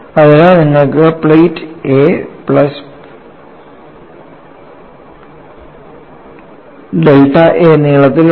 അതിനാൽ നിങ്ങൾക്ക് plate a plus delta a നീളത്തിൽ ഉണ്ട്